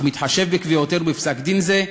אך מתחשב בקביעותינו בפסק-דין זה.